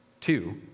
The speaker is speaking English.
Two